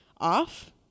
off